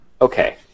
Okay